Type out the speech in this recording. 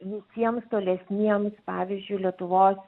visiems tolesniems pavyzdžiui lietuvos